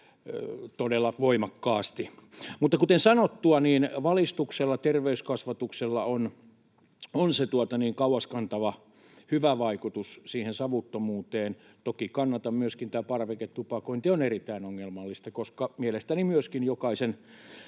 todella voimakkaasti. Mutta, kuten sanottua, niin valistuksella, terveyskasvatuksella on se kauas kantava, hyvä vaikutus savuttomuuteen. Toki kannatan myöskin ajatusta, että parveketupakointi on erittäin ongelmallista, koska mielestäni myöskin jokaisen